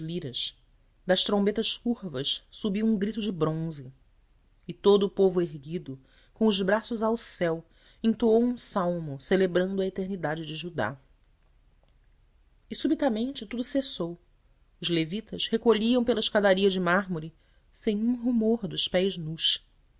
liras das trombetas curvas subiu um grito de bronze e todo o povo erguido com os braços ao céu entoou um salmo celebrando a eternidade de judá e subitamente tudo cessou os levitas recolhiam pela escadaria de mármore sem um rumor dos pés nus